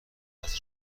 خندت